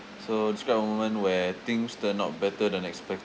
so describe a moment where things turn out better than expected